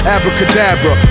Abracadabra